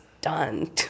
done